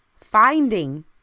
finding